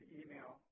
email